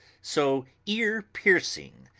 so ear-piercing,